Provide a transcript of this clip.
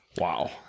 Wow